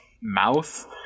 mouth